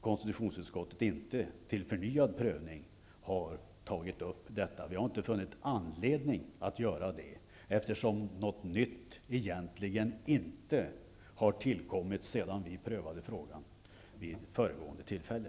Konstitutionsutskottet har naturligtvis inte funnit anledning att ta upp saken till förnyad prövning, eftersom någonting nytt egentligen inte har tillkommit sedan vi prövade frågan vid föregående tillfälle.